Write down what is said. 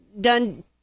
done